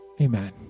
Amen